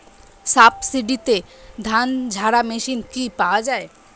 সাবসিডিতে ধানঝাড়া মেশিন কি পাওয়া য়ায়?